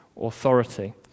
authority